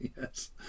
Yes